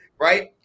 Right